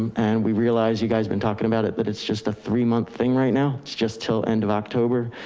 and we realized you guys have been talking about it. that it's just a three month thing right now. it's just till end of october,